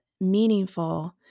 meaningful